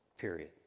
Period